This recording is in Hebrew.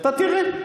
אתה תראה.